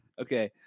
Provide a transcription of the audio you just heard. Okay